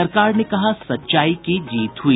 सरकार ने कहा सच्चाई की जीत हुई